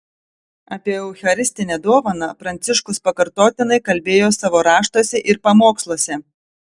apie eucharistinę dovaną pranciškus pakartotinai kalbėjo savo raštuose ir pamoksluose